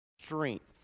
strength